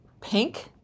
pink